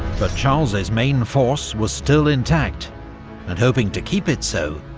but charles's main force was still intact and hoping to keep it so,